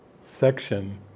section